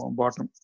bottom